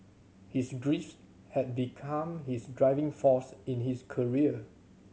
his grief had become his driving force in his career